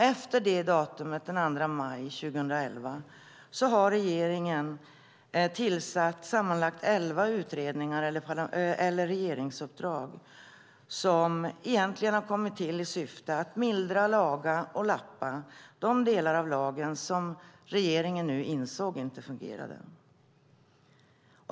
Efter det datumet, den 2 maj 2011, har regeringen tillsatt sammanlagt elva utredningar eller regeringsuppdrag som egentligen har kommit till i syfte att mildra, laga och lappa de delar av lagen som regeringen nu insåg inte fungerade.